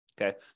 Okay